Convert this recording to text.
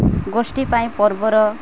ଗୋଷ୍ଠୀ ପାଇଁ ପର୍ବର